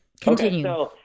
Continue